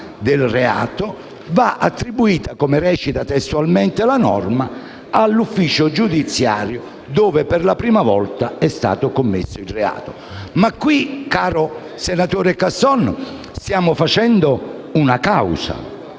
però, caro senatore Casson, stiamo facendo una causa.